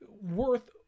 worth